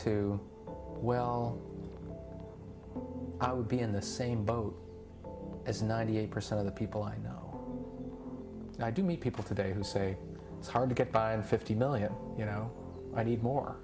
to well i would be in the same boat as ninety eight percent of the people i know and i do meet people today who say it's hard to get by in fifty million you know i need more